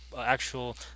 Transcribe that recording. actual